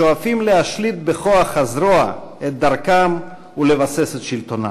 שואפים להשליט בכוח הזרוע את דרכם ולבסס את שלטונם.